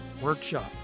workshop